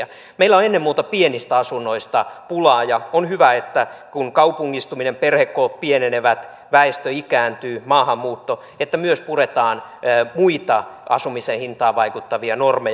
meillä on ennen muuta pienistä asunnoista pulaa ja on hyvä että kun on kaupungistumista perhekokojen pienentymistä väestön ikääntymistä ja maahanmuuttoa myös puretaan muita asumisen hintaan vaikuttavia normeja